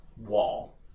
wall